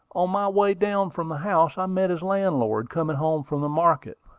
on my way down from the house i met his landlord, coming home from the market.